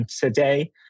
today